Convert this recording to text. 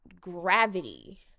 gravity